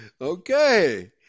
Okay